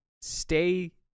Stay